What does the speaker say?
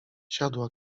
siadła